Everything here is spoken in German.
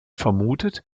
vermutet